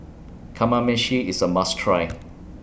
Kamameshi IS A must Try